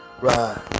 Ride